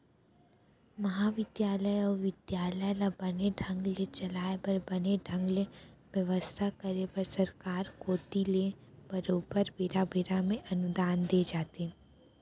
महाबिद्यालय अउ बिद्यालय ल बने ढंग ले चलाय बर बने ढंग ले बेवस्था करे बर सरकार कोती ले बरोबर बेरा बेरा म अनुदान दे जाथे